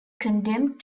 condemned